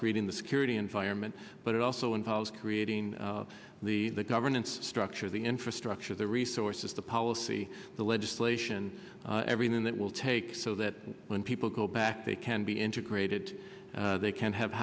creating the security environment but it also involves creating the governance structure the infrastructure the resources the policy the legislation everything that will take so that when people go back they can be integrated they can have